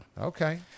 Okay